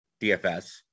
DFS